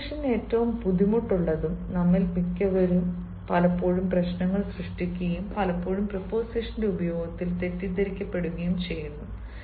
preposition ഏറ്റവും ബുദ്ധിമുട്ടുള്ളതും നമ്മിൽ മിക്കവരും പലപ്പോഴും പ്രശ്നങ്ങൾ സൃഷ്ടിക്കുകയും പലപ്പോഴും പ്രീപോസിഷന്റെ ഉപയോഗത്തിൽ തെറ്റിദ്ധരിക്കപ്പെടുകയും ചെയ്യുന്നു